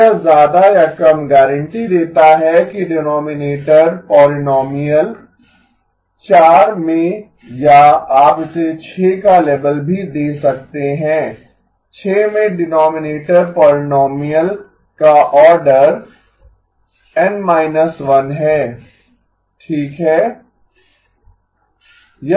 तो यह ज्यादा या कम गारंटी देता है कि डिनोमिनेटर पोलीनोमीअल 4 में या आप इसे 6 का लेबल भी दे सकते हैं 6 में डिनोमिनेटर पोलीनोमीअल का आर्डर N 1 है ठीक है